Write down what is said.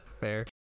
Fair